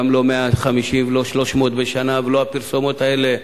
גם לא 150 וגם לא 300 בשנה ולא הפרסומות האלה,